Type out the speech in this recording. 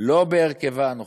לא בהרכבה הנוכחי,